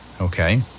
okay